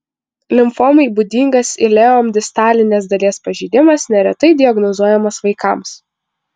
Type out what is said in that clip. limfomai būdingas ileum distalinės dalies pažeidimas neretai diagnozuojamas vaikams